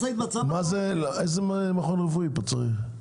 איזה מכון רפואי אתה צריך?